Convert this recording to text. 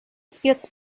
skits